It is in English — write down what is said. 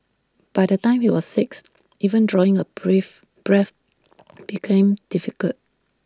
by the time he was six even drawing A brave breath became difficult